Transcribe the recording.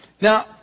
Now